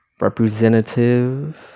representative